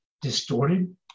distorted